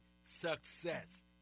success